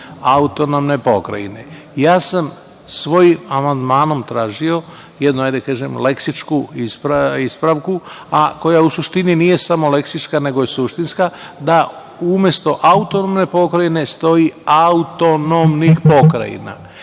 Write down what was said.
autonomne pokrajine. Ja sam svoj amandmanom tražio jednu leksičku ispravku, koja u suštini nije samo leksička, nego je suštinska da, umesto autonomne pokrajine, stoji autonomnih pokrajina. Iz